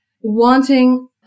wanting